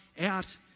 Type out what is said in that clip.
out